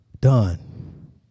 Done